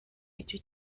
icyo